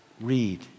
Read